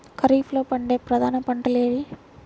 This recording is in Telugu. ఖరీఫ్లో పండే ప్రధాన పంటలు ఏవి?